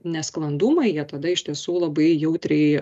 nesklandumai jie tada iš tiesų labai jautriai